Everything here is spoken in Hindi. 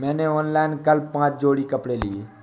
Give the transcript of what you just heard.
मैंने ऑनलाइन कल पांच जोड़ी कपड़े लिए